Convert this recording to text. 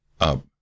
up